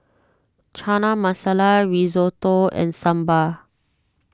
Chana Masala Risotto and Sambar